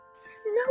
Snow